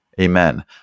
Amen